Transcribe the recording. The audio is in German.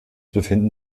befinden